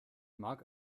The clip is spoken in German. mag